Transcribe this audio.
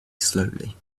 slowly